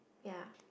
ya